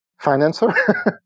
financer